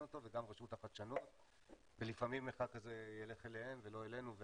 אותו וגם רשות החדשנות ולפעמים אחד כזה יילך אליהם ולא אלינו,